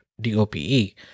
D-O-P-E